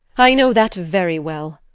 i know that very well.